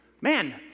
man